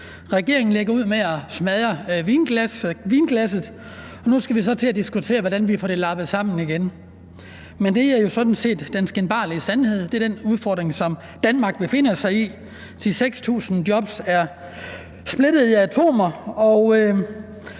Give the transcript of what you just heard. Regeringen lægger ud med at smadre vinglasset, og nu skal vi så til at diskutere, hvordan vi får det lappet sammen igen. Men det er jo sådan set den skinbarlige sandhed. Det er den udfordring, som Danmark befinder sig i, thi 6.000 jobs er splittet i atomer, og